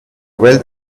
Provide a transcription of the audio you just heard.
well